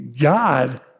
God